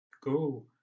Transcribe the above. go